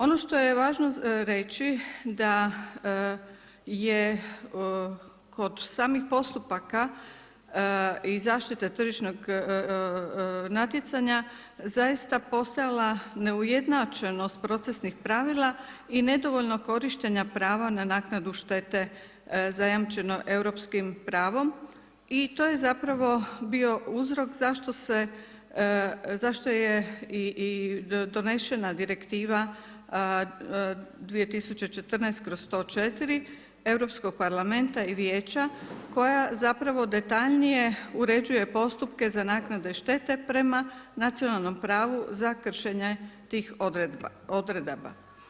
Ono što je važno reći, da je kod samih postupaka i zaštite tržišnog natjecanja zaista postojala neujednačenost procesnih pravila i nedovoljno korištenja pravo na naknadnu štete zajamčeno europskim pravom i to je zapravo bio uzrok zašto je i donošenje Direktiva 2014/104 Europskog parlamenta i Vijeća koja zapravo detaljnije uređuje postupke za naknade štete prema nacionalnom pravu za kršenje tih odredaba.